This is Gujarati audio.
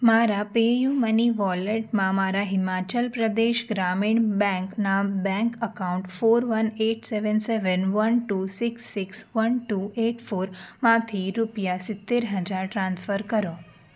મારા પેયુમની વોલેટમાં મારા હિમાચલ પ્રદેશ ગ્રામીણ બેંકના bank account four one eight seven seven one two six six one two eight four માંથી રૂપિયા સિત્તેર હજાર ટ્રાન્સફર કરો